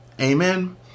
amen